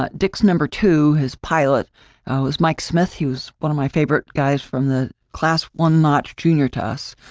but dick's number two, his pilot was mike smith he was one of my favorite guys from the class one notch jr to us.